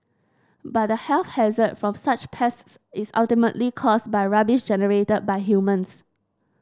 but the health hazard from such pests is ultimately caused by rubbish generated by humans